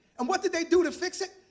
and what did they do to fix it?